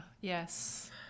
Yes